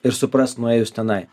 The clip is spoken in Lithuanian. ir suprast nuėjus tenai